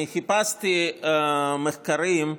אני חיפשתי מחקרים,